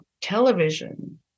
television